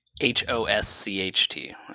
H-O-S-C-H-T